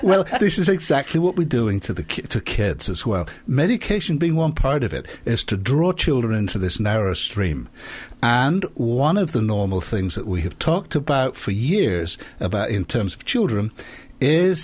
is exactly what we doing to the kid kids as well medication being one part of it is to drop children into this narrow stream and one of the normal things that we have talked about for years about in terms of children is